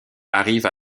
arrive